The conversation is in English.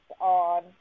on